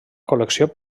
col·lecció